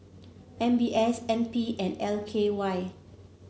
M B S N P and L K Y